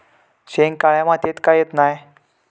शेंगे काळ्या मातीयेत का येत नाय?